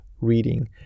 reading